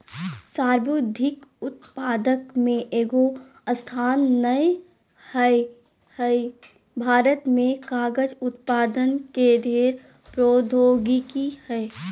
सर्वाधिक उत्पादक में एगो स्थान नय हइ, भारत में कागज उत्पादन के ढेर प्रौद्योगिकी हइ